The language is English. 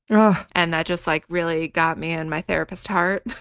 and and that just like really got me in my therapist's heart.